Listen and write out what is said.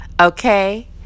okay